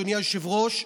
אדוני היושב-ראש,